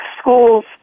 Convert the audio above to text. schools